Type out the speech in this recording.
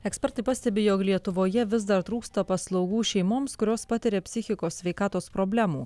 ekspertai pastebi jog lietuvoje vis dar trūksta paslaugų šeimoms kurios patiria psichikos sveikatos problemų